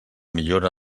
millora